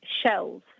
shells